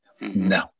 No